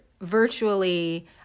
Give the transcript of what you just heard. virtually